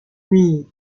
nuit